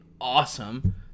awesome